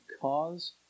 cause